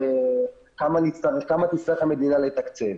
וכמה תצטרך המדינה לתקצב.